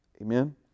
Amen